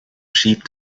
sheep